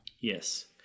yes